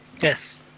Yes